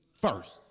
first